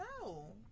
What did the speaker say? No